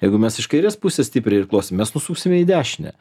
jeigu mes iš kairės pusės stipriai irkluosim mes nusuksime į dešinę